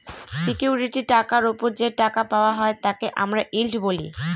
security টাকার ওপর যে টাকা পাওয়া হয় তাকে আমরা ইল্ড বলি